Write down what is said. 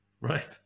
Right